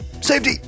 safety